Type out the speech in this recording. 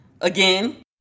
again